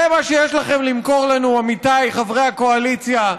זה מה שיש לכם למכור לנו, עמיתיי חברי הקואליציה?